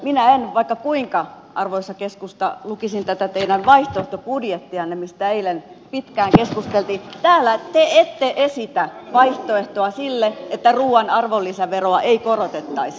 nimittäin vaikka kuinka arvoisa keskusta lukisin tätä teidän vaihtoehtobudjettianne mistä eilen pitkään keskusteltiin niin täällä te ette esitä vaihtoehtoa sille että ruuan arvonlisäveroa ei korotettaisi